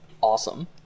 awesome